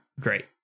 great